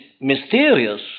mysterious